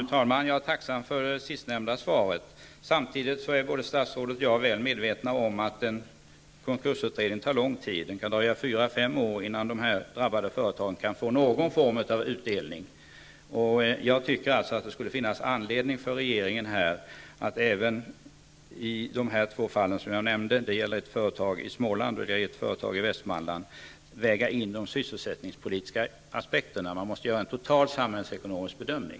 Fru talman! Jag är tacksam för det senaste svaret. Samtidigt är både statsrådet och jag väl medvetna om att en konkursutredning tar lång tid. Det kan dröja fyra fem år innan de drabbade företagen kan få någon form av utdelning. Jag tycker alltså att det skulle finnas anledning för regeringen att i de två fall som jag nämnde -- ett företag i Småland och ett företag i Västmanland -- väga in de sysselsättningspolitiska aspekterna. Man måste göra en total samhällsekonomisk bedömning.